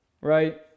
Right